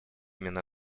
именно